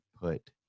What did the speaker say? put